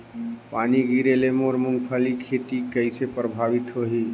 पानी गिरे ले मोर मुंगफली खेती कइसे प्रभावित होही?